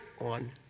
on